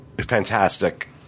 fantastic